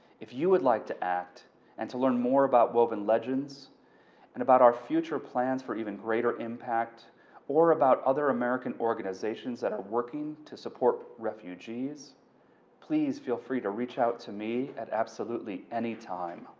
if you would like to act and to learn more about woven legends and about our future plans for even greater impact or about other american organizations that are working to support refugees please feel free to reach out to me at absolutely any time.